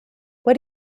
what